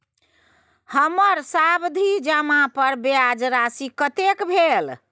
हमर सावधि जमा पर ब्याज राशि कतेक भेल?